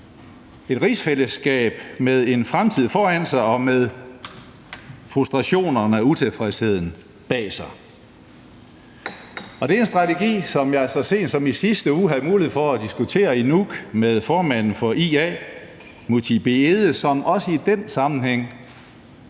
et rigsfællesskab med en fremtid foran sig og med frustrationerne og utilfredsheden bag sig. Og det er en strategi, som vi så sent som i sidste uge havde mulighed for at diskutere i Nuuk med formanden for IA, Múte Bourup Egede, som også i den sammenhæng